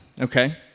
okay